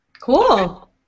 Cool